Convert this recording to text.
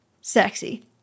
Sexy